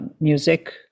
music